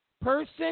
person